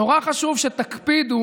נורא חשוב שתקפידו